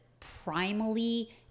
primally